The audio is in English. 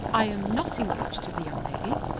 i am not engaged to the young lady,